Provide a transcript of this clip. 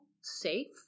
safe